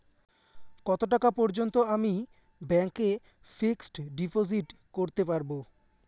কত টাকা পর্যন্ত আমি ব্যাংক এ ফিক্সড ডিপোজিট করতে পারবো?